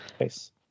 Nice